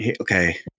Okay